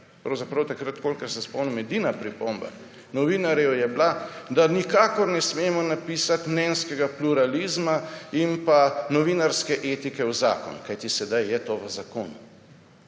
pravzaprav takrat, kolikor se spomnim, edina pripomba novinarjev je bila, da nikakor ne smemo napisati mnenjskega pluralizma in pa novinarske etike v zakon, kajti sedaj je to v zakonu.